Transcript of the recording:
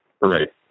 right